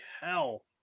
hell